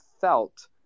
felt